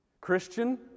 Christian